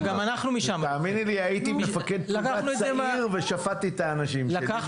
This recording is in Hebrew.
הייתי מפקד פלוגה צעיר ושפטתי את האנשים שלי,